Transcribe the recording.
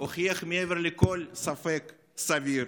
הוכיח מעבר לכל ספק סביר